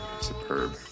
superb